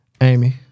amy